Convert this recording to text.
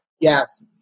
Yes